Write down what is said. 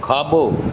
खाबो॒